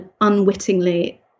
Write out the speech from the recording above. unwittingly